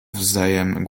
wzajem